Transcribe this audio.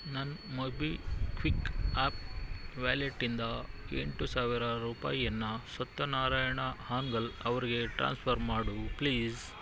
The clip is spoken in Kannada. ನನ್ನ ಮೊಬಿಕ್ವಿಕ್ ಆ್ಯಪ್ ವ್ಯಾಲೆಟ್ಟಿಂದ ಎಂಟು ಸಾವಿರ ರೂಪಾಯಿಯನ್ನ ಸತ್ಯನಾರಾಯಣ ಹಾನ್ಗಲ್ ಅವ್ರಿಗೆ ಟ್ರಾನ್ಸ್ಫರ್ ಮಾಡು ಪ್ಲೀಸ್